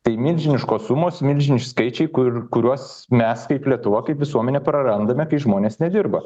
tai milžiniškos sumos milžiniški skaičiai kur kuriuos mes kaip lietuva kaip visuomenė prarandame kai žmonės nedirba